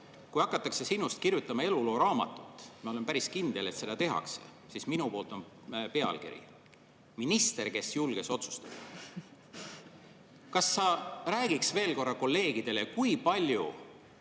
kui hakatakse sinust kirjutama elulooraamatut – ma olen päris kindel, et seda tehakse –, siis minu poolt on pealkiri: "Minister, kes julges otsustada". Kas sa räägiksid veel korra kolleegidele, kui palju